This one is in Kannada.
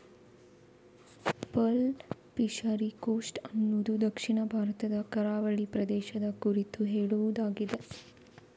ಪರ್ಲ್ ಫಿಶರಿ ಕೋಸ್ಟ್ ಅನ್ನುದು ದಕ್ಷಿಣ ಭಾರತದ ಕರಾವಳಿ ಪ್ರದೇಶದ ಕುರಿತು ಹೇಳುದಾಗಿದೆ